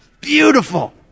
Beautiful